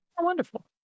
wonderful